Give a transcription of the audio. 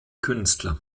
künstler